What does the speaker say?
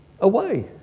away